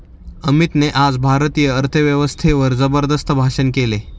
अमितने आज भारतीय अर्थव्यवस्थेवर जबरदस्त भाषण केले